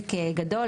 לעסק גדול,